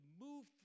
move